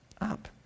up